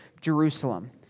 Jerusalem